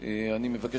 אני לא יכול